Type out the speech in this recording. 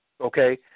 okay